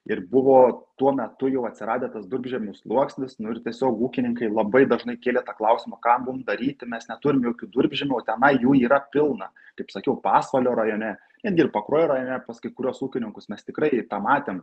ir buvo tuo metu jau atsiradę tas durpžemių sluoksnis nu ir tiesiog ūkininkai labai dažnai kėlė tą klausimą ką mum daryti mes neturim jokių durpžemių o tenai jų yra pilna kaip sakiau pasvalio rajone ten ir pakruojo rajone pas kai kuriuos ūkininkus mes tikrai pamatėm